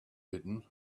hidden